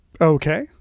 Okay